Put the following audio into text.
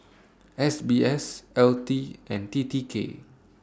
S B S L T and T T K